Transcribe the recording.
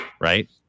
right